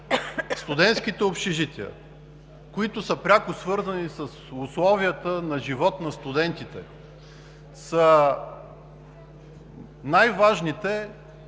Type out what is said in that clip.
студентските общежития, които са пряко свързани с условията на живот на студентите, са най-важните